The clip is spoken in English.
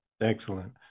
Excellent